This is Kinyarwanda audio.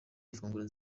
imfunguzo